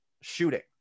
shooting